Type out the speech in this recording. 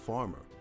Farmer